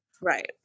Right